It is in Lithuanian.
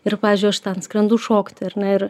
ir pavyzdžiui aš ten skrendu šokti ar ne ir